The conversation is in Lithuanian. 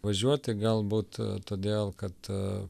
važiuoti galbūt todėl kad